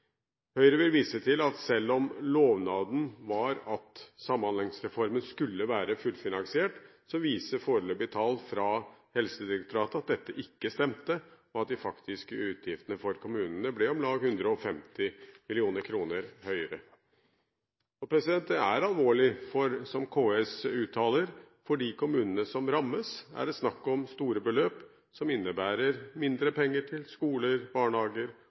Høyre vil vise til at selv om lovnaden var at Samhandlingsreformen skulle være fullfinansiert, viser foreløpige tall fra Helsedirektoratet at dette ikke stemte, og at de faktiske utgiftene for kommunene ble om lag 150 mill. kr høyere – og det er alvorlig. KS uttaler at «for de kommunene som rammes, er det snakk om store beløp, som innebærer mindre penger til skoler, barnehager,